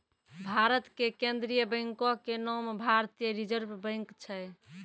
भारत के केन्द्रीय बैंको के नाम भारतीय रिजर्व बैंक छै